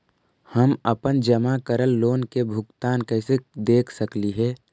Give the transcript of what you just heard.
हम अपन जमा करल लोन के भुगतान कैसे देख सकली हे?